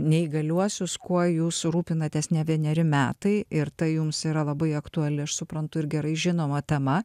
neįgaliuosius kuo jūs rūpinatės ne vieneri metai ir tai jums yra labai aktuali aš suprantu ir gerai žinoma tema